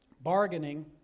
bargaining